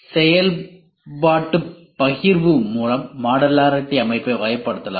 செயல்பாட்டு பகிர்வு மூலம் மாடுலரிட்டி அமைப்பை வகைப்படுத்தலாம்